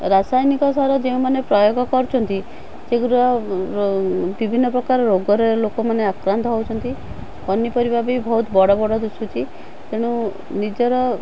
ରାସାୟନିକ ସାର ଯେଉଁମାନେ ପ୍ରୟୋଗ କରୁଛନ୍ତି ସେଗୁଡ଼ା ବିଭନ୍ନ ପ୍ରକାର ରୋଗରେ ଲୋକମାନେ ଆକ୍ରାନ୍ତ ହେଉଛନ୍ତି ପନିପରିବା ବି ବହୁତ ବଡ଼ ବଡ଼ ଦିଶୁଛି ତେଣୁ ନିଜର